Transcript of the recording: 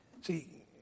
See